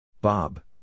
Bob